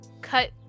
cut